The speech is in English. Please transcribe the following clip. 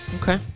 Okay